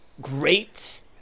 great